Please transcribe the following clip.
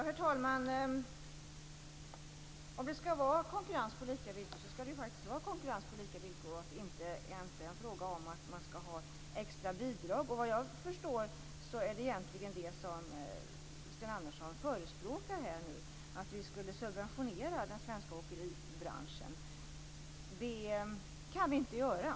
Herr talman! Om det skall vara konkurrens på lika villkor, så skall det också vara det. Det skall inte vara fråga om att dela ut extra bidrag. Såvitt jag förstår är det egentligen det som Sten Andersson förespråkar, att vi skall subventionera den svenska åkeribranchen. Det kan vi inte göra.